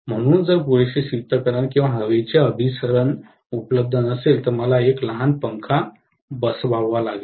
म्हणून जर पुरेसे शीतकरण किंवा हवेचे अभिसरण उपलब्ध नसेल तर मला एक लहान पंखा बसवावा लागेल